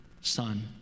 Son